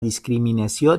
discriminació